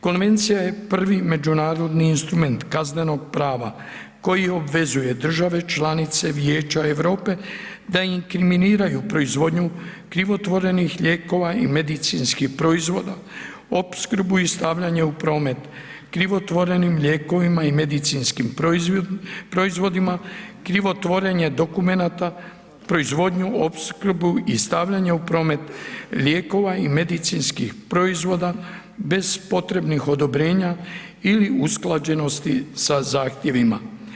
Konvencija je prvi međunarodni instrument kaznenog prava koji obvezuje države članice Vijeća Europe da inkriminiraju proizvodnju krivotvorenih lijekova i medicinskih proizvoda, opskrbu i stavljanje u promet krivotvorenim lijekovima i medicinskim proizvodima, krivotvorenje dokumenata, proizvodnju, opskrbu i stavljanje u promet lijekova i medicinskih proizvoda bez potrebnih odobrenja ili usklađenosti sa zahtjevima.